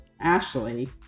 Ashley